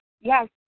Yes